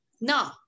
no